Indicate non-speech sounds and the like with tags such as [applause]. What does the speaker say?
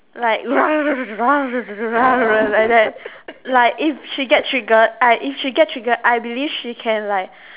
like [noise] and like like if she get triggered I if she get triggered I believe she can like